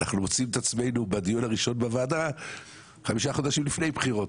אנחנו מוצאים את עצמנו בדיון הראשון בוועדה 5 חודשים לפני בחירות.